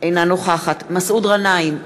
אינה נוכחת מסעוד גנאים,